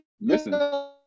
Listen